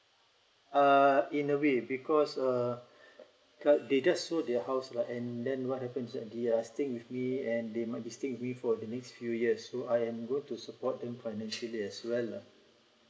uh in a way because err cause they just sold their house lah and then what happens is they are staying with me and they might be staying with me for the next few years so I am going to support them financially as well lah